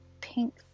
pink